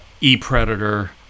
e-predator